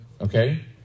okay